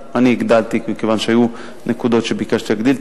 מכיוון שהיו נקודות שביקשתי להגדיל.